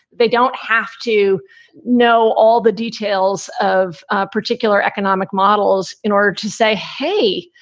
they don't have to know all the details of particular economic models in order to say, hey,